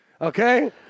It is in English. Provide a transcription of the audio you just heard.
Okay